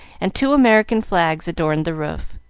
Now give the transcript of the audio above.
and two american flags adorned the roof.